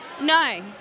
No